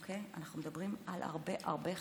אנחנו מדברים על הרבה הרבה חוות,